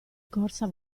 corsa